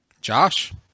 Josh